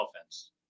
offense